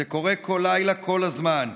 זה קורה כל לילה, כל הזמן.